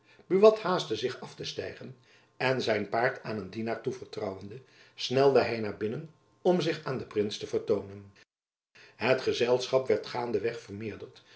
buat haastte zich af te stijgen en zijn paard aan een dienaar toevertrouwende snelde hy naar binnen om zich aan den prins te vertoonen het gezelschap werd gaande